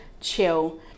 chill